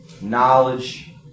knowledge